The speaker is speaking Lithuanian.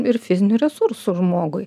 ir fizinių resursų žmogui